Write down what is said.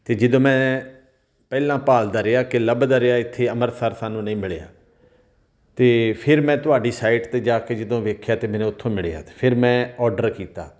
ਅਤੇ ਜਦੋਂ ਮੈਂ ਪਹਿਲਾਂ ਭਾਲਦਾ ਰਿਹਾ ਕਿ ਲੱਭਦਾ ਰਿਹਾ ਇੱਥੇ ਅੰਮ੍ਰਿਤਸਰ ਸਾਨੂੰ ਨਹੀਂ ਮਿਲਿਆ ਅਤੇ ਫਿਰ ਮੈਂ ਤੁਹਾਡੀ ਸਾਈਟ 'ਤੇ ਜਾ ਕੇ ਜਦੋਂ ਵੇਖਿਆ ਤਾਂ ਮੈਨੂੰ ਉੱਥੋਂ ਮਿਲਿਆ ਅਤੇ ਫਿਰ ਮੈਂ ਔਡਰ ਕੀਤਾ